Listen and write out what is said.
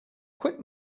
quick